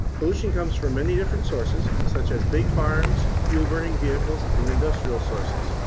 pollution comes from many different sources such as big farms, fuel burning vehicles, and industrial sources.